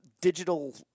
digital